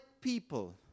people